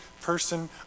person